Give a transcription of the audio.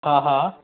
हा हा